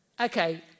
Okay